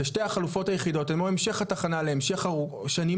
ששתי החלופות היחידות הן או המשך התחנה להמשך של שנים